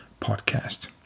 podcast